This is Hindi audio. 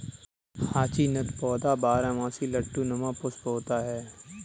हाचीनथ पौधा बारहमासी लट्टू नुमा पुष्प होता है